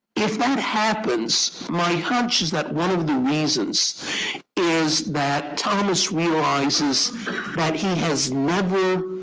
if that happens, my hunch is that one of the reasons is that thomas realizes that he has never,